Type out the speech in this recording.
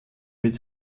mit